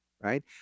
right